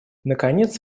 наконец